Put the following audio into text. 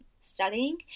studying